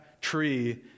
tree